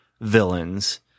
villains